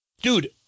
Dude